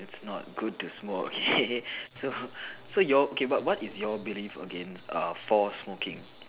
it's not good to smoke okay so your okay what is your belief against uh for smoking